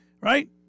right